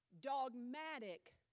dogmatic